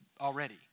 already